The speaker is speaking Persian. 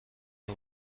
نمی